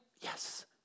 Yes